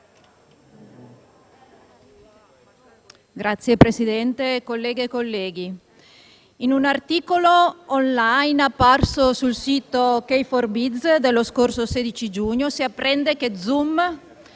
Signor Presidente, colleghe e colleghi, in un articolo *on line* apparso sul sito www.key4biz.it dello scorso 16 giugno, si apprende che Zoom,